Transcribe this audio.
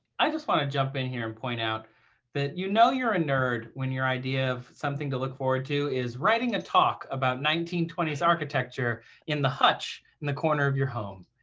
i just want to jump in here and point out that you know you're a nerd when your idea of something to look forward to is writing a talk about nineteen twenty s architecture in the hutch in the corner of your home.